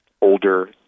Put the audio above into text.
older